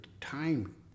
time